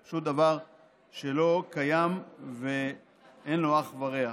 זה פשוט דבר שלא קיים ואין לו אח ורע.